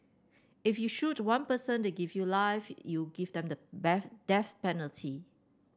if you shoot one person they give you life you give them the death penalty